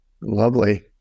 Lovely